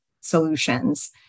solutions